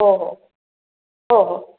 हो हो हो हो